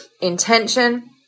intention